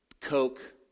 Coke